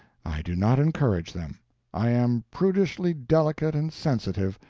i do not encourage them i am prudishly delicate and sensitive,